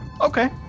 Okay